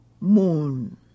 moon